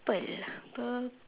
~ple lah pur~